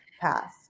pass